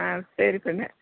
ஆ சரி சாமி